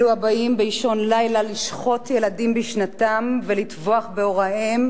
אלו הבאים באישון לילה לשחוט ילדים בשנתם ולטבוח בהוריהם,